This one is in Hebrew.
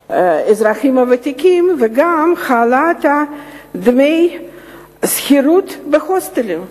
יום האזרחים הוותיקים והעלאת דמי השכירות בהוסטלים.